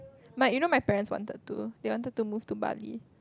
but you know my parents wanted to they wanted to move to Bali